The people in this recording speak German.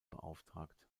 beauftragt